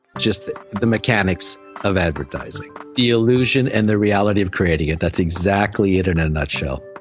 just the the mechanics of advertising. the illusion and the reality of creating it, that's exactly it in a nutshell